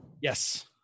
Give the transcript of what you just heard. Yes